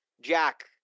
Jack